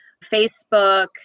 Facebook